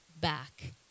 back